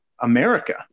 America